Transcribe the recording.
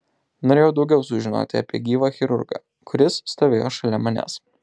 norėjau daugiau sužinoti apie gyvą chirurgą kuris stovėjo šalia manęs